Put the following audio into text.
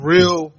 Real